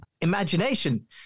imagination